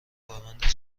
کارمند